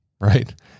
right